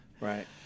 right